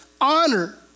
honor